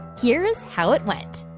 here's how it went